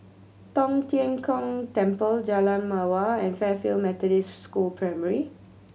Tong Tien Kung Temple Jalan Mawar and Fairfield Methodist School Primary